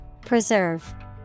Preserve